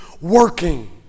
working